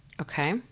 Okay